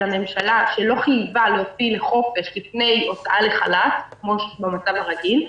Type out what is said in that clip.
הממשלה שלא חייבה להוציא לחופשה לפני הוצאה לחל"ת כמו במצב הרגיל.